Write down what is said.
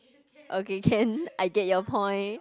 okay can I get your point